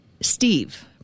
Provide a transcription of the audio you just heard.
Steve